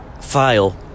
file